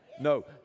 No